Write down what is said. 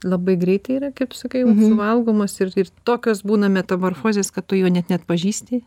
labai greitai yra kaip sakai valgomos ir ir tokios būna metamorfozės kad tu jo net neatpažįsti